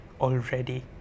already